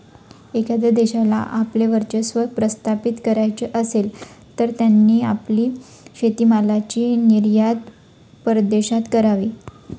एखाद्या देशाला आपले वर्चस्व प्रस्थापित करायचे असेल, तर त्यांनी आपली शेतीमालाची निर्यात परदेशात करावी